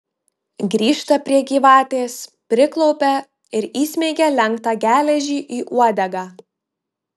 grįžta prie gyvatės priklaupia ir įsmeigia lenktą geležį į uodegą